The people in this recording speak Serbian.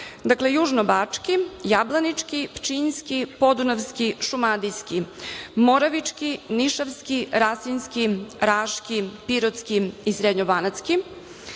dakle, Južnobački, Jablanički, Pčinjski, Podunavski, Šumadijski, Moravički, Nišavski, Rasinski, Raški, Pirotski i Srednjobanatski,